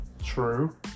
true